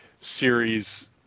series